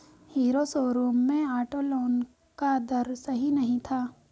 hero showroom में auto loan का दर सही नहीं था